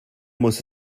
muss